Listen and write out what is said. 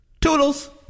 Toodles